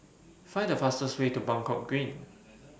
Find The fastest Way to Buangkok Green